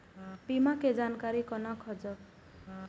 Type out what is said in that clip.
बीमा के जानकारी कोना खोजब?